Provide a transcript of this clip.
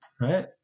right